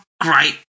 great